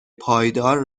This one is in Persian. پایدار